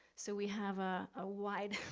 so we have a wide,